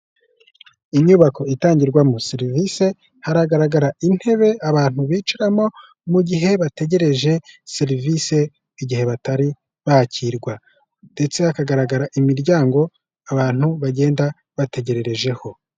Inyubako itangirwamo serivise, haragaragara intebe abantu bicaramo mu gihe bategereje serivise igihe batari bakirwa ndetse hakagaragara imiryango abantu bagenda bategererejeho.